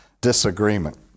disagreement